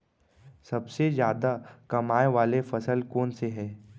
सबसे जादा कमाए वाले फसल कोन से हे?